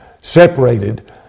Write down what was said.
separated